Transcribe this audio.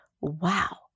wow